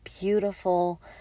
beautiful